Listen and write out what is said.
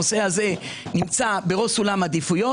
הנושא הזה נמצא בראש סולם העדיפויות.